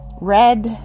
red